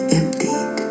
emptied